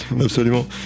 Absolument